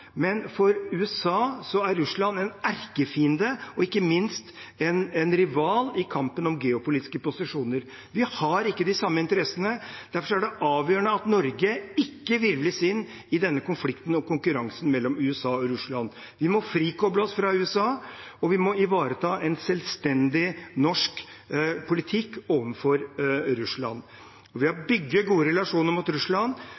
men for USA er Russland en erkefiende, ikke minst en rival i kampen om geopolitiske posisjoner. Vi har ikke de samme interessene. Derfor er det avgjørende at Norge ikke virvles inn i denne konflikten og konkurransen mellom USA og Russland. Vi må frikoble oss fra USA, og vi må ivareta en selvstendig norsk politikk overfor Russland. Ved å bygge gode relasjoner med Russland og